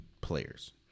players